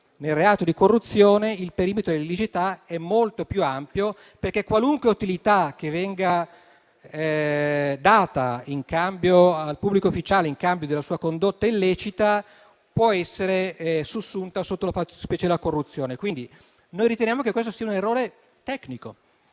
nel reato di corruzione il perimetro di illiceità è molto più ampio. Qualunque utilità che venga data in cambio al pubblico ufficiale in cambio della sua condotta illecita può essere sussunta sotto la specie della corruzione. Riteniamo che questo sia un errore tecnico